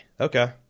Okay